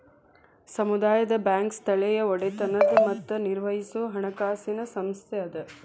ಸಮುದಾಯ ಬ್ಯಾಂಕ್ ಸ್ಥಳೇಯ ಒಡೆತನದ್ ಮತ್ತ ನಿರ್ವಹಿಸೊ ಹಣಕಾಸಿನ್ ಸಂಸ್ಥೆ ಅದ